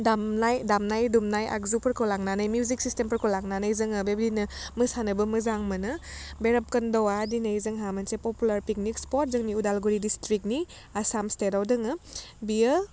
दामनाय दामनाय दुमनाय आगजुफोरखौ लांनानै मिउजिक सिस्टेमफोरखौ लांनानै जोङो बेबायदिनो मोसानोबो मोजां मोनो भेरबखुन्दआ दिनै जोंहा मोनसे पपुलार पिकनिक स्फथ जोंनि उदालगुरि डिस्ट्रिकनि आसाम स्टेटआव दोङो बेयो